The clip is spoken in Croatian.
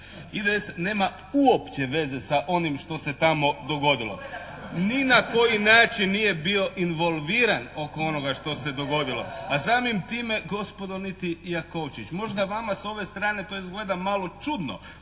IDS nema uopće veze sa onim što se tamo dogodilo. Ni na koji način nije bio involviran oko onoga što se dogodilo, a samim time gospodo niti Jakovčić. Možda vama s ove strane to izgleda malo čudno